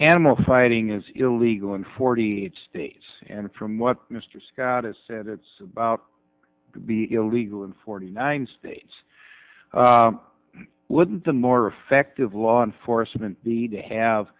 animal fighting is illegal in forty eight states and from what mr scott has said it's about be illegal in forty nine states wouldn't the more effective law enforcement the to